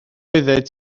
oeddet